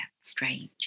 strange